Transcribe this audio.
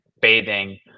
bathing